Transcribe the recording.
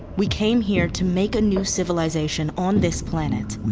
we came here to make a new civilization on this planet we